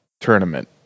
tournament